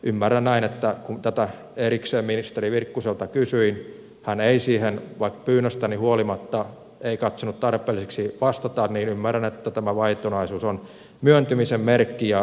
ymmärrän näin että kun tätä erikseen ministeri virkkuselta kysyin ja hän siihen pyynnöstäni huolimatta ei katsonut tarpeelliseksi vastata tämä vaitonaisuus on myöntymisen merkki